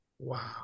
Wow